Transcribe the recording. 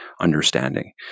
understanding